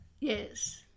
Yes